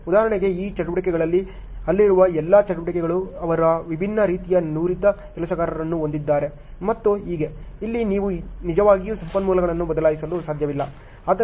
ಉದಾಹರಣೆಗೆ ಈ ಚಟುವಟಿಕೆಗಳಲ್ಲಿ ಅಲ್ಲಿರುವ ಎಲ್ಲ ಚಟುವಟಿಕೆಗಳು ಅವರು ವಿಭಿನ್ನ ರೀತಿಯ ನುರಿತ ಕೆಲಸಗಾರರನ್ನು ಹೊಂದಿದ್ದಾರೆ ಮತ್ತು ಹೀಗೆ ಇಲ್ಲಿ ನೀವು ನಿಜವಾಗಿಯೂ ಸಂಪನ್ಮೂಲಗಳನ್ನು ಬದಲಾಯಿಸಲು ಸಾಧ್ಯವಿಲ್ಲ